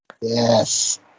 Yes